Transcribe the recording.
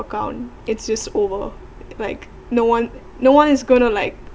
account it's over like no one no one is going to like